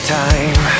time